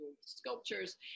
sculptures